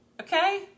okay